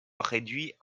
réduit